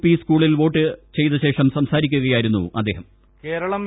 P സ്കൂളിൽ വോട്ട് ചെയ്തശേഷം സംസാരിക്കുകയായിരുന്നു അദ്ദേഹം